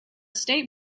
state